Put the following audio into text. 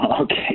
Okay